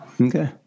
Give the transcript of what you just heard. Okay